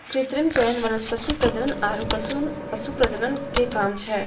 कृत्रिम चयन वनस्पति प्रजनन आरु पशु प्रजनन के काम छै